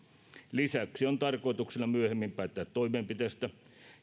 lisäksi on tarkoituksena myöhemmin päättää toimenpiteistä